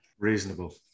Reasonable